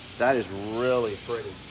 that is really pretty.